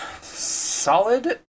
solid